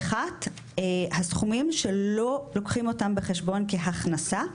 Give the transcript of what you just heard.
אחת, הסכומים שלא לוקחים אותם בחשבון כהכנסה,